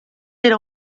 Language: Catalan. era